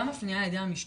גם הפניה על ידי המשטרה,